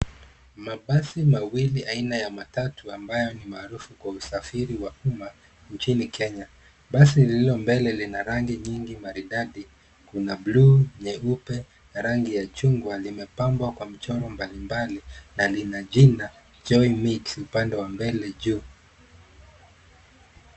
Mabasi mawili aina ya matatu, ambayo ni maarufu kwa usafiri wa umma, nchini Kenya. Basi lililo mbele lina rangi nyingi maridadi, kuna blue , nyeupe na rangi ya chungwa, limepambwa kwa michoro mbalimbali, na lina jina, joy mix upande wa mbele juu.